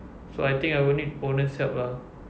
so I think I will need owner's help lah